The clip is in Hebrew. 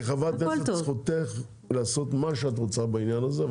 כחברת כנסת זכותך לעשות מה שאת רוצה בעניין הזה.